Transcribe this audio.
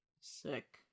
sick